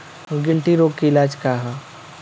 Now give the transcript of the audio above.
गिल्टी रोग के इलाज का ह?